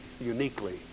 uniquely